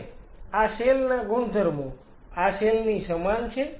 અને આ સેલ ના ગુણધર્મો આ સેલ ની સમાન છે